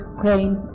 Ukraine